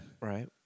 Right